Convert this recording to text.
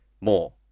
More